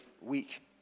week